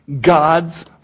God's